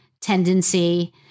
tendency